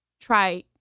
try